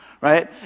right